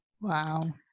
Wow